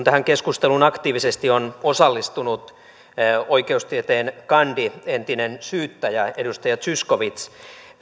tähän keskusteluun on aktiivisesti osallistunut oikeustieteen kandi entinen syyttäjä edustaja zyskowicz